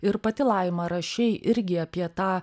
ir pati laima rašei irgi apie tą